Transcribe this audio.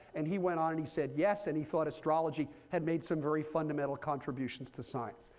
and he went on, and he said yes, and he thought astrology had made some very fundamental contributions to science.